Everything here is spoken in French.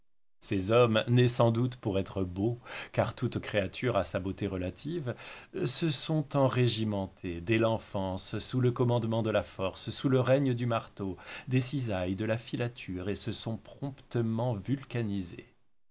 ces hommes nés sans doute pour être beaux car toute créature a sa beauté relative se sont enrégimentés dès l'enfance sous le commandement de la force sous le règne du marteau des cisailles de la filature et se sont promptement